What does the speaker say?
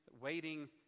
waiting